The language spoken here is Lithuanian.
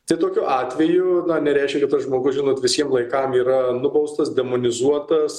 tai tokiu atveju nereiškia kad tas žmogus žinot visiem laikam yra nubaustas demonizuotas